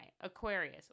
Aquarius